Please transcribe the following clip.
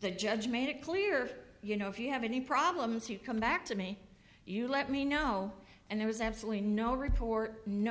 the judge made it clear you know if you have any problems you come back to me you let me know and there was absolutely no retort no